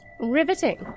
riveting